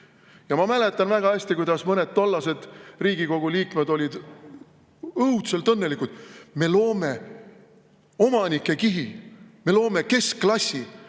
Ma mäletan väga hästi, kuidas mõned tollased Riigikogu liikmed olid õudselt õnnelikud: me loome omanikekihi, me loome keskklassi,